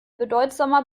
bedeutsamer